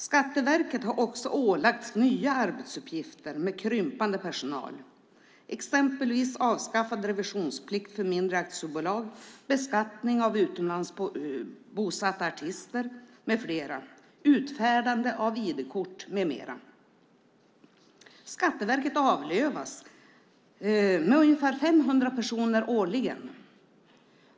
Skatteverket har också ålagts nya arbetsuppgifter med krympande personal. Det handlar exempelvis om avskaffad revisionsplikt för mindre aktiebolag, beskattning av utomlands bosatta artister med flera och utfärdande av ID-kort med mera. Skatteverket avlövas med ungefär 500 personer årligen.